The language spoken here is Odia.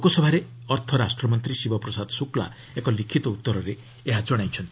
ଲୋକସଭାରେ ଅର୍ଥ ରାଷ୍ଟ୍ରମନ୍ତ୍ରୀ ଶିବପ୍ରସାଦ ଶୁକ୍ଲ ଏକ ଲିଖିତ ଉତ୍ତରରେ ଏହା ଜଣାଇଛନ୍ତି